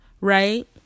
right